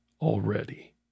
already